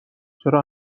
چرا